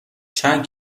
چند